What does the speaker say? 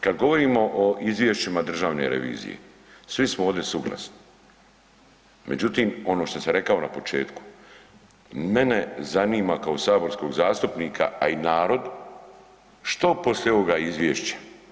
Kad govorimo o izvješćima Državne revizije, svi smo ovdje suglasni međutim ono što sam rekao na početku, mene zanima kao saborskog zastupnika a i narod, što poslije ovoga izvješća?